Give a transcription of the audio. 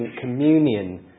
communion